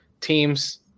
teams